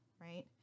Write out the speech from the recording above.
right